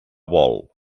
vol